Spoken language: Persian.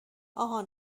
آهان